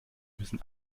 müssen